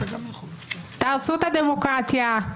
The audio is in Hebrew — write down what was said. תהרסו את הדמוקרטיה,